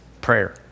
prayer